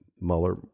Mueller